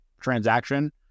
transaction